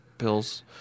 pills